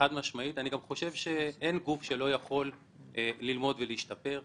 אני גם חושב שאין גוף שלא יכול ללמוד ולהשתפר.